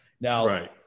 Now